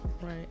Right